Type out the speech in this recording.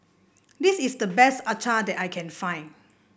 this is the best acar that I can find